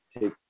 take